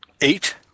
eight